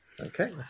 Okay